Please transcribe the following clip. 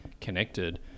connected